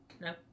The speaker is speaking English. No